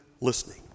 listening